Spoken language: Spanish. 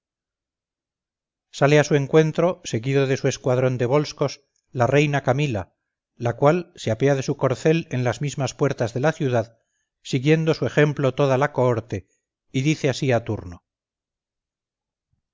sale a su encuentro seguido de su escuadrón de volscos la reina camila la cual se apea de su corcel en las mismas puertas de la ciudad siguiendo su ejemplo toda la cohorte y dice así a turno